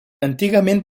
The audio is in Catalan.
antigament